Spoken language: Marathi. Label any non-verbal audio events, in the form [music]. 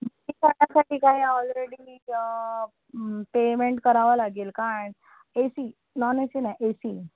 [unintelligible] ठिकाणी ऑलरेडी मी पेमेंट करावं लागेल का and A C non A C नाही ए सी